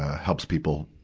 helps people,